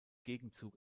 gegenzug